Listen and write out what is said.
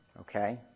Okay